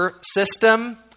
system